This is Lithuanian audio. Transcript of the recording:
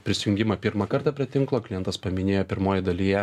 prisijungimą pirmą kartą prie tinklo klientas paminėjo pirmoj dalyje